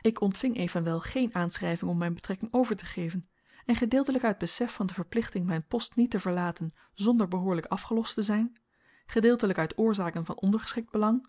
ik ontving evenwel geen aanschryving om myn betrekking overtegeven en gedeeltelyk uit besef van de verplichting myn post niet te verlaten zonder behoorlyk afgelost te zyn gedeeltelyk uit oorzaken van ondergeschikt belang